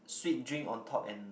sweet drink on top and